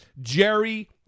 jerry